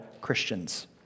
Christians